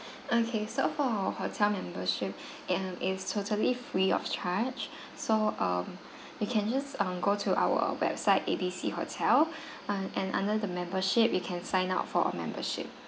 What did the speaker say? okay so for hotel membership and is totally free of charge so um you can just um go to our website A B C hotel uh and under the membership you can sign up for a membership